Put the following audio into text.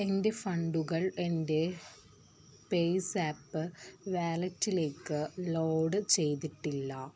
എൻ്റെ ഫണ്ടുകൾ എൻ്റെ പേയ്സാപ്പ് വാലെറ്റിലേക്ക് ലോഡ് ചെയ്തിട്ടില്ല